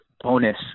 bonus